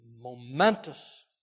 momentous